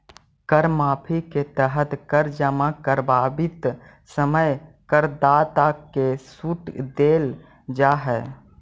कर माफी के तहत कर जमा करवावित समय करदाता के सूट देल जाऽ हई